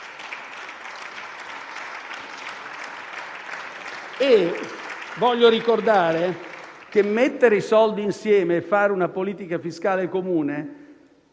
Voglio ricordare che mettere i soldi insieme e fare una politica fiscale comune